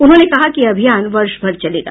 उन्होंने कहा कि यह अभियान वर्षभर चलेगा